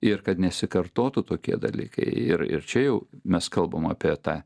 ir kad nesikartotų tokie dalykai ir ir čia jau mes kalbam apie tą